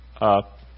up